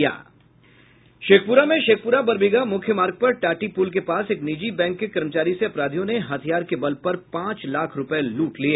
शेखपुरा में शेखपुरा बरबीघा मुख्य मार्ग पर टाटी पुल के पास एक निजी बैंक के कर्मचारी से अपराधियों ने हथियार के बल पर पांच लाख रुपये लिया